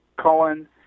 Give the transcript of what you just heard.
Cullen